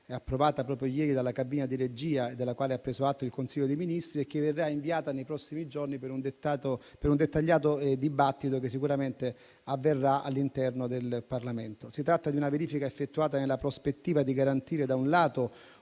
approvata proprio ieri dalla cabina di regia e della quale ha preso atto il Consiglio dei ministri, che verrà inviata nei prossimi giorni per un dettagliato dibattito che sicuramente avverrà all'interno del Parlamento. Si tratta di una verifica effettuata nella prospettiva di garantire, da un lato,